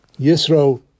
Yisro